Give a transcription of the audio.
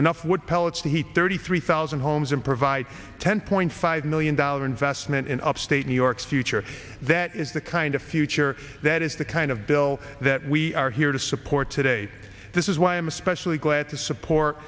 wood pellets to heat thirty three thousand homes and provide a ten point five million dollar investment in upstate new york future that is the kind of future that is the kind of bill that we are here to support today this is why i'm especially glad to support